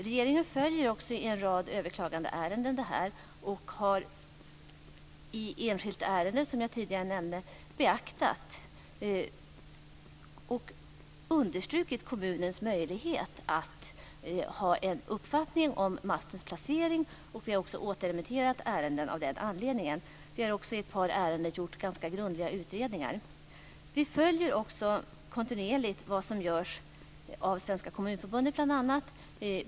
Regeringen följer också i en rad överklagandeärenden det här, och har i enskilt ärende, som jag tidigare nämnde, beaktat och understrukit kommunens möjlighet att ha en uppfattning om mastens placering. Vi har också återremitterat ärenden av den anledningen. Vi har också i ett par ärenden gjort ganska grundliga utredningar. Vi följer kontinuerligt vad som görs av bl.a. Svenska kommunförbundet.